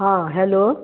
हाँ हैलो